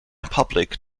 public